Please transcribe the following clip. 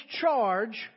charge